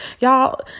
Y'all